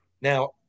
Now